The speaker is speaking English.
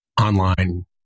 online